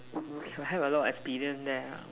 excuse me you have a lot experience there ah